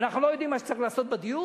אנחנו לא יודעים מה צריך לעשות בדיור?